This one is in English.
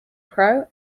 pro